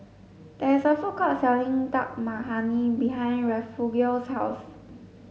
there is a food court selling Dal Makhani behind Refugio's house